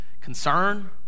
concern